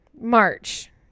March